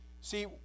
See